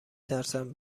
ترسم